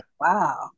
Wow